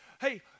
hey